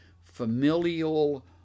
familial